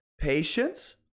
patience